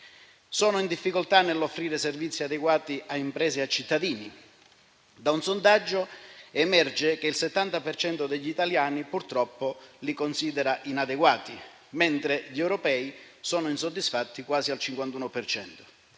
Sono in difficoltà nell'offrire servizi adeguati a imprese e cittadini. Da un sondaggio emerge che il 70 per cento degli italiani, purtroppo, li considera inadeguati, mentre gli europei sono insoddisfatti quasi al 51